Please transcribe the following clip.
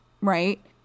right